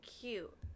cute